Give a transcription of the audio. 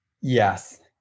Yes